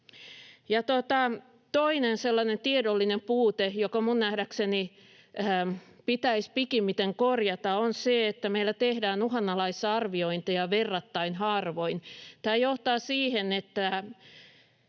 toinen sellainen tiedollinen puute, joka minun nähdäkseni pitäisi pikimmiten korjata, on se, että meillä tehdään uhanalaisarviointeja verrattain harvoin. Tämä johtaa siihen, että